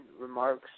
remarks